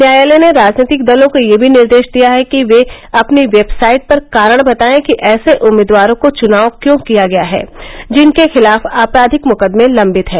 न्यायालय ने राजनीतिक दलों को यह भी निर्देश दिया कि वे अपनी वेबसाइट पर कारण बतायें कि ऐसे उम्मीदवारों का चुनाव क्यों किया गया है जिन के खिलाफ आपराधिक मुकदमे लम्बित हैं